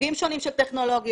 סוגים שונים של טכנולוגיות.